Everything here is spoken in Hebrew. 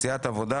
סיעת העבודה